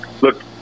Look